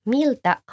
Miltä